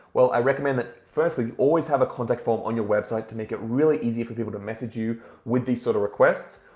well, i recommend that firstly, you always have a contact form on your website to make it really easy for people to message you with these sort of requests.